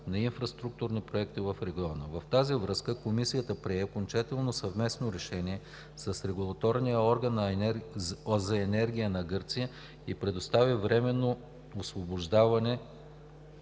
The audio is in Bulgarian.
на инфраструктурни проекти в региона. В тази връзка Комисията прие окончателно съвместно решение с Регулаторния орган за енергия на Гърция и предостави временно освобождаване